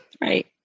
right